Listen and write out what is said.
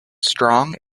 strong